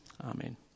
Amen